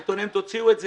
העיתונים, תוציאו את זה.